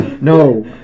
No